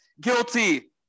guilty